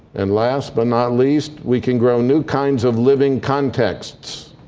and last but not least, we can grow new kinds of living contexts.